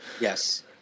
yes